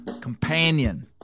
companion